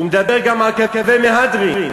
הוא מדבר גם על קווי מהדרין,